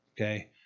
Okay